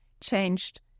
changed